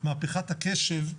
"מהפכת הקשב",